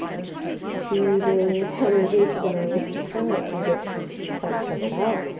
of soothing energy to the nervous system that can get quite stressed out.